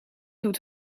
doet